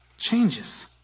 changes